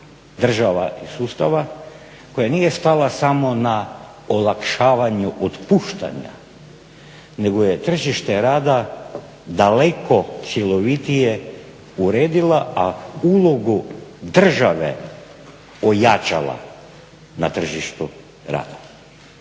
država i sustava koja nije stala samo na olakšavanju otpuštanja nego je tržište rada daleko cjelovitije uredila a ulogu države ojačala na tržištu rada.